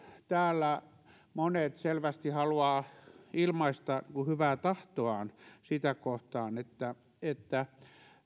täällä monet selvästi haluavat ilmaista hyvää tahtoaan sitä kohtaan että että